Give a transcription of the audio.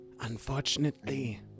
Unfortunately